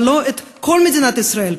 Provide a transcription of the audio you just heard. אבל לא את כל מדינת ישראל.